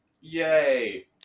yay